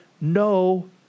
No